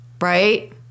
right